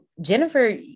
Jennifer